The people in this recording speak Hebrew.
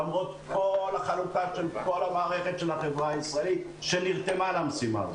למרות כל החלוקה והירתמות של כל המערכת של החברה הישראלית למשימה הזאת.